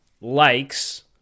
likes